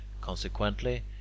Consequently